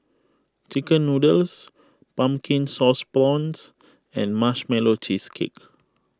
Chicken Noodles Pumpkin Sauce Prawns and Marshmallow Cheesecake